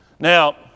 Now